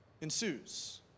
ensues